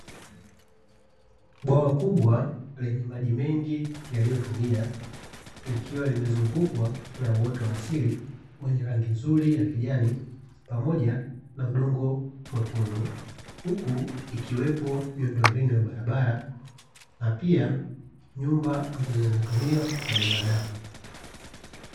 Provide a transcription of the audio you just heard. Bwawa kubwa lenye maji mengi yaliyotulia likiwa limezungukwa na uoto wa kijani huku kukiwa na miundombinu ya barabara pamoja na nyumba ambazo zinatumiwa na binadamu